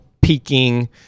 peaking